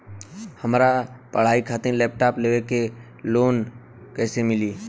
हमार पढ़ाई खातिर लैपटाप लेवे ला लोन कैसे मिली?